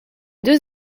deux